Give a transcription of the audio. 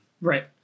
Right